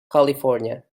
california